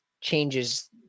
changes